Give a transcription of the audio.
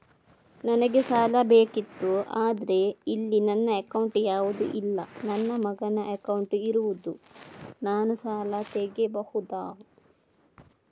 ನನಗೆ ಸಾಲ ಬೇಕಿತ್ತು ಆದ್ರೆ ಇಲ್ಲಿ ನನ್ನ ಅಕೌಂಟ್ ಯಾವುದು ಇಲ್ಲ, ನನ್ನ ಮಗನ ಅಕೌಂಟ್ ಇರುದು, ನಾನು ಸಾಲ ತೆಗಿಬಹುದಾ?